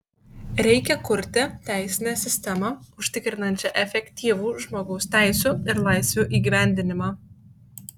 reikia kurti teisinę sistemą užtikrinančią efektyvų žmogaus teisių ir laisvių įgyvendinimą